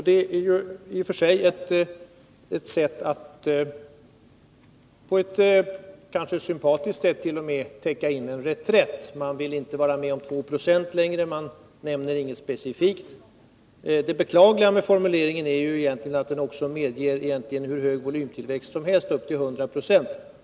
Det är i och för sig ett kanske t.o.m. sympatiskt sätt att täcka en reträtt — man vill inte vara med på 2 96 längre och nämner inget specifikt. Det beklagliga med formuleringen är emellertid att den egentligen medger hur hög volymtillväxt som helst, upp till 100 76.